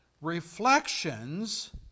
reflections